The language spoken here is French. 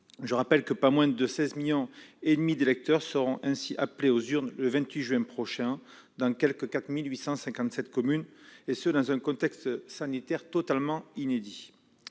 Je rappelle que pas moins de 16,5 millions d'électeurs seront ainsi appelés aux urnes le 28 juin prochain dans quelque 4 857 communes, et ce dans un contexte sanitaire totalement inédit.